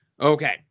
Okay